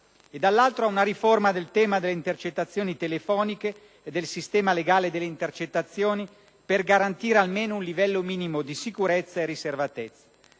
e, dall'altro, ad una riforma del tema delle intercettazioni telefoniche e del sistema legale delle intercettazioni per garantire almeno un livello minimo di sicurezza e riservatezza.